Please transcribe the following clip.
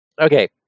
Okay